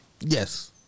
Yes